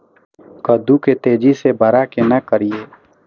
कद्दू के तेजी से बड़ा केना करिए?